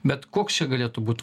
bet koks čia galėtų būt